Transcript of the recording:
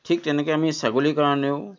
ঠিক তেনেকৈ আমি ছাগলীৰ কাৰণেও